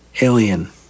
alien